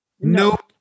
nope